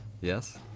Yes